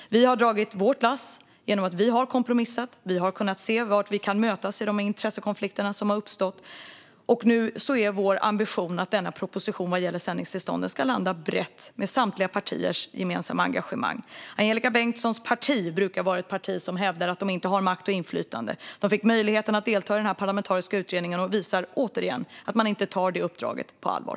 Vi har dragit vårt lass genom att vi har kompromissat. Vi har tittat på var vi kan mötas i de intressekonflikter som har uppstått. Nu är vår ambition att denna proposition vad gäller sändningstillståndet ska landa brett i samtliga partiers gemensamma engagemang. Angelika Bengtssons parti brukar vara ett parti som hävdar att det inte har makt och inflytande. Partiet fick möjlighet att delta i den parlamentariska utredningen, och det visar återigen att man inte tar uppdraget på allvar.